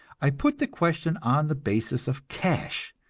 i put the question on the basis of cash,